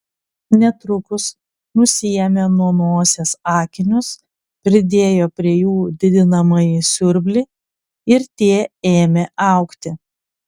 netrukus nusiėmė nuo nosies akinius pridėjo prie jų didinamąjį siurblį ir tie ėmė augti